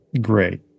Great